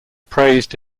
praised